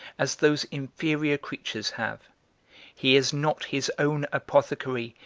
as those inferior creatures have he is not his own apothecary,